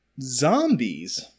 Zombies